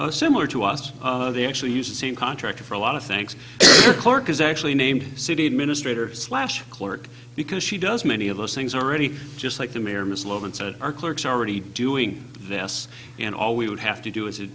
a similar to us they actually used the same contractor for a lot of things because actually named city administrator slash clerk because she does many of those things already just like the mayor ms logan said our clerks are already doing this and all we would have to do